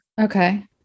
Okay